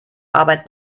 arbeit